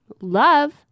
love